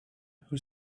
who